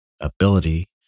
ability